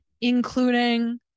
including